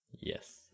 yes